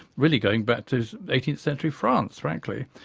really going back to eighteenth century france frankly.